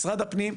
משרד הפנים.